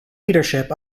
leadership